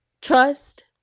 trust